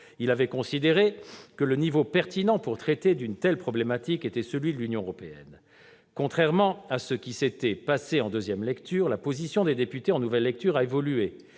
Il avait considéré que le niveau pertinent pour traiter d'une telle problématique était celui de l'Union européenne. Contrairement à ce qui s'était passé en deuxième lecture, la position des députés en nouvelle lecture a évolué,